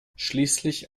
schließlich